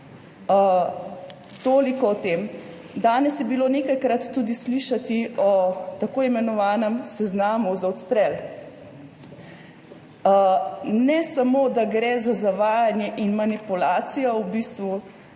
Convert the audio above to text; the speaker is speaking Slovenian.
Toliko o tem. Danes je bilo nekajkrat tudi slišati o tako imenovanem seznamu za odstrel. Ne samo, da gre za zavajanje in manipulacijo, v bistvu